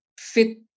fit